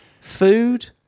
Food